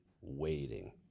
waiting